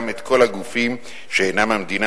גם את כל הגופים שאינם המדינה,